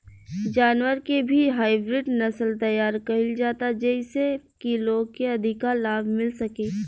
जानवर के भी हाईब्रिड नसल तैयार कईल जाता जेइसे की लोग के अधिका लाभ मिल सके